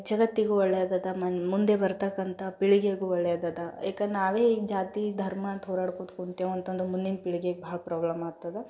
ಜಗತ್ತಿಗೂ ಒಳ್ಳೇದು ಇದೆ ಮುಂದೆ ಬರತಕ್ಕಂಥ ಪೀಳಿಗೆಗೂ ಒಳ್ಳೇದು ಇದೆ ಯಾಕಂದ್ ನಾವೇ ಈಗ ಜಾತಿ ಧರ್ಮ ಅಂತ ಹೋರಾಡ್ಕೋತ ಕುಂತೇವೆ ಅಂತಂದ್ರ್ ಮುಂದಿನ ಪೀಳಿಗೆಗೆ ಭಾಳ್ ಪ್ರಾಬ್ಲಮ್ ಆಗ್ತದ